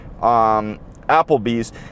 Applebee's